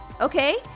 okay